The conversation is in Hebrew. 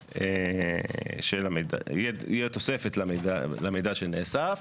תהיה תוספת למידע שנאסף,